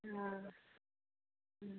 हँ हँ